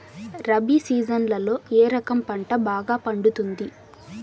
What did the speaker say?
రబి సీజన్లలో ఏ రకం పంట బాగా పండుతుంది